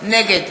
נגד